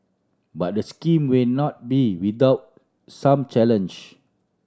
but the scheme may not be without some challenge